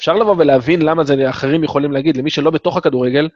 אפשר לבוא ולהבין למה זה אחרים יכולים להגיד למי שלא בתוך הכדורגל.